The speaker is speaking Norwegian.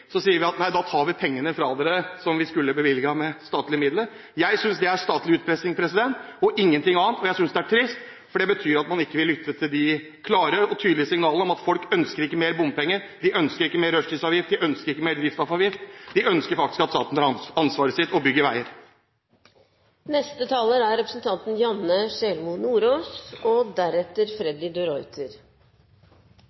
sier hun at da tar vi de pengene fra dere som vi skulle bevilget. Jeg synes det er statlig utpressing og ingenting annet. Og jeg synes det er trist, for det betyr at man ikke vil lytte til de klare og tydelige signalene om at folk ønsker ikke mer bompenger, de ønsker ikke mer rushtidsavgift, de ønsker ikke mer drivstoffavgift, de ønsker faktisk at staten tar sitt ansvar og bygger veier.